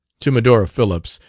to medora phillips,